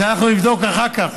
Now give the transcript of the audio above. את זה אנחנו נבדוק אחר כך.